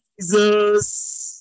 jesus